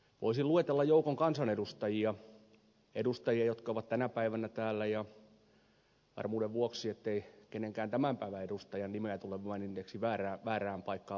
voisin luetella joukon kansanedustajia edustajia jotka ovat tänä päivänä täällä ja varmuuden vuoksi ettei kenenkään tämän päivän edustajan nimeä tule maininneeksi väärään paikkaan väärään aikaan